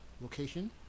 location